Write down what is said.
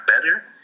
better